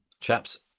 chaps